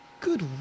Good